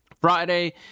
Friday